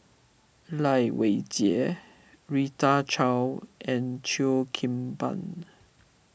Lai Weijie Rita Chao and Cheo Kim Ban